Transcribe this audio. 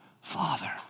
Father